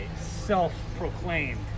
Self-proclaimed